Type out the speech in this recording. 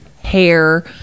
hair